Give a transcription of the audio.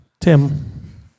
Tim